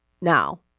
now